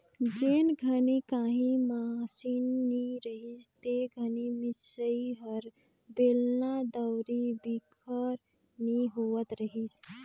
जेन घनी काही मसीन नी रहिस ते घनी मिसई हर बेलना, दउंरी बिगर नी होवत रहिस